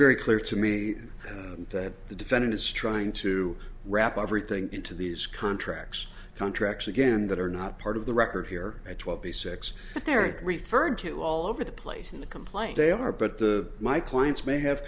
very clear to me that the defendant is trying to wrap everything into these contracts contracts again that are not part of the record here at twenty six they're referred to all over the place in the complaint they are but the my clients may have